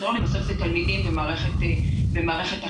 בסוף זה תלמידים במערכת החינוך.